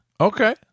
Okay